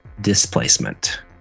displacement